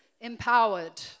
Empowered